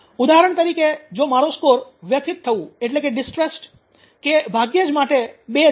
ઉદાહરણ તરીકે જો મારો સ્કોર વ્યથિત થવા કે ભાગ્યે જ માટે 2 છે